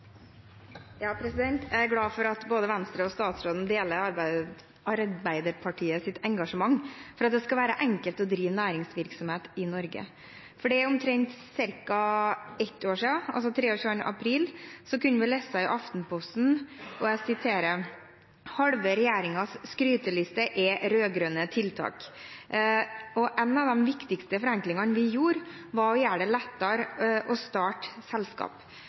Jeg er glad for at både Venstre og statsråden deler Arbeiderpartiets engasjement for at det skal være enkelt å drive næringsvirksomhet i Norge. For omtrent ett år siden, den 23. april, kunne vi lese i Aftenposten: «Halve Regjeringens skryteliste er rødgrønne tiltak» En av de viktigste forenklingene vi gjorde, var å gjøre det lettere å starte selskap,